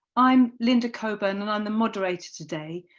i am linda cockburn and i am the moderator today,